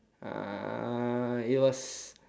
uh it was